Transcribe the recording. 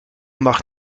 mag